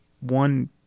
one